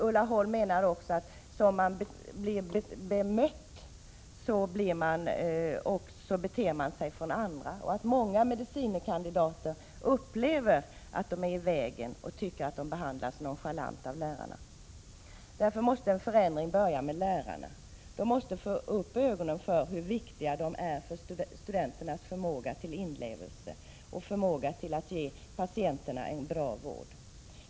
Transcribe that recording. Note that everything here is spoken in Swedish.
Ulla Holm menar också att som man blir bemött beter man sig mot andra och att många medicine kandidater upplever att de är i vägen och tycker att de behandlas nonchalant av lärarna. Därför måste en förändring börja med lärarna. De måste få upp ögonen för hur viktiga de är för studenternas förmåga till inlevelse och förmåga att ge patienterna en bra vård.